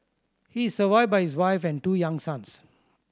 he is survived by his wife and two young sons